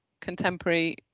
contemporary